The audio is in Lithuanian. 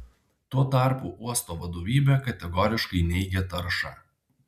tuo tarpu uosto vadovybė kategoriškai neigia taršą